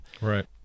Right